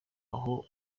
aho